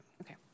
Okay